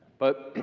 but.